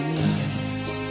nights